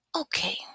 Okay